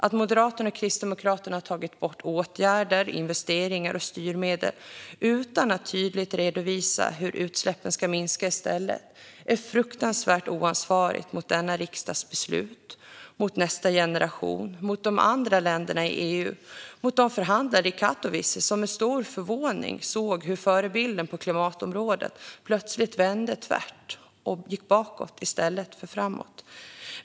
Att Moderaterna och Kristdemokraterna har tagit bort åtgärder, investeringar och styrmedel utan att tydligt redovisa hur utsläppen i stället ska minska är fruktansvärt oansvarigt gentemot denna riksdags beslut. Det är också oansvarigt gentemot nästa generation, mot de andra länderna i EU och mot de förhandlare i Katowice som med stor förvåning såg hur förebilden på klimatområdet plötsligt vände tvärt och gick bakåt i stället för framåt.